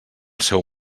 seu